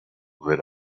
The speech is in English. lit